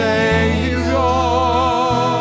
Savior